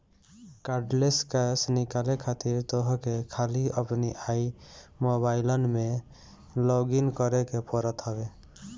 cardless cash निकाले खातिर तोहके खाली अपनी आई मोबाइलम में लॉगइन करे के पड़त बाटे